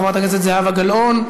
חברת הכנסת זהבה גלאון,